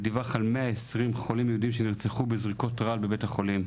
הוא דיווח על 120 יהודים שנרצחו בזריקות רעל בבית החולים,